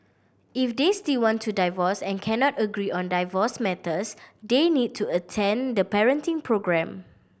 if they still want to divorce and cannot agree on divorce matters they need to attend the parenting programme